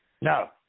No